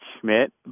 Schmidt